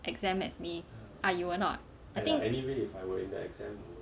exam as me ah you were not I think